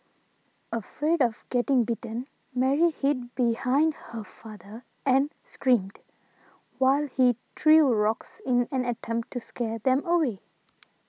afraid of getting bitten Mary hid behind her father and screamed while he trail rocks in an attempt to scare them away